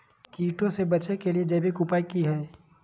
कीटों से बचे के जैविक उपाय की हैय?